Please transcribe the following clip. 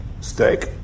Steak